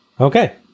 Okay